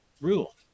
rule